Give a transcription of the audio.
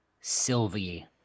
sylvie